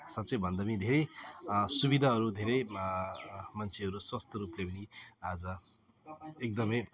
साँच्चै भन्दा पनि धेरै सुविधाहरू धेरै मान्छेहरू स्वास्थ्य रूपले पनि आज एकदम